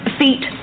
feet